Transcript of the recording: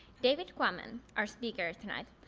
david quammen, our speaker tonight,